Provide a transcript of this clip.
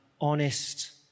honest